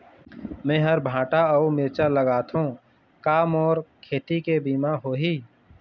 मेहर भांटा अऊ मिरचा लगाथो का मोर खेती के बीमा होही?